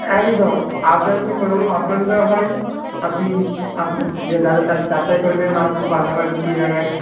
একদম আপনার যদি কোনো রকম সন্দেহ হয় আপনি যাচাই করে নেবেন আমাদের পাশাপাশি এলাকায়